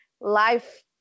life